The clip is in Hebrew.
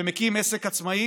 ומקים עסק עצמאי